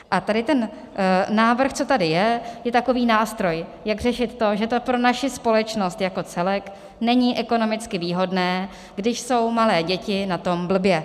A tady ten návrh, co tady je, je takový nástroj, jak řešit to, že to pro naši společnost jako celek není ekonomicky výhodné, když jsou malé děti na tom blbě.